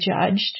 judged